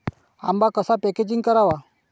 आंबा कसा पॅकेजिंग करावा?